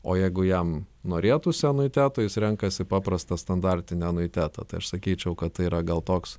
o jeigu jam norėtųsi anuiteto jis renkasi paprastą standartinį anuitetą tai aš sakyčiau kad tai yra gal toks